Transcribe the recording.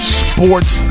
sports